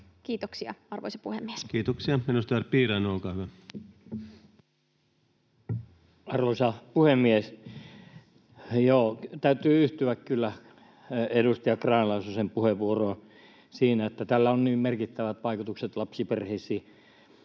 Kiitoksia, arvoisa puhemies. Kiitoksia. — Edustaja Piirainen, olkaa hyvä. Arvoisa puhemies! Joo, täytyy yhtyä kyllä edustaja Grahn-Laasosen puheenvuoroon siinä, että tällä on niin merkittävät vaikutukset lapsiperheisiin